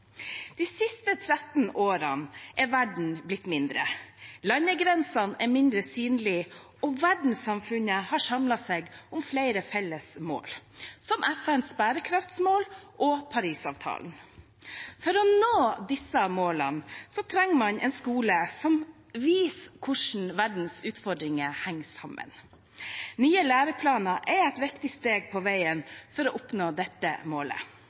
De siste 13 årene er verden blitt mindre. Landegrensene er mindre synlige, og verdenssamfunnet har samlet seg om flere felles mål, som FNs bærekraftsmål og Parisavtalen. For å nå disse målene trenger man en skole som viser hvordan verdens utfordringer henger sammen. Nye læreplaner er et viktig steg på veien for å oppnå dette målet.